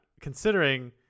considering